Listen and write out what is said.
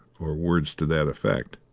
or words to that effect.